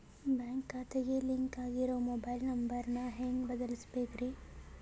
Bank ಖಾತೆಗೆ link ಆಗಿರೋ mobile number ನ ಹೆಂಗ್ ಬದಲಿಸಬೇಕ್ರಿ?